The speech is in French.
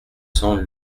cents